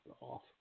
off